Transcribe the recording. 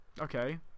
Okay